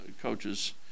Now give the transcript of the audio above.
coaches